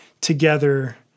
together